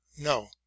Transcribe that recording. no